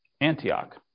Antioch